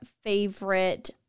favorite